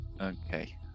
Okay